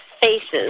faces